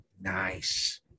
Nice